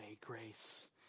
grace